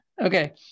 Okay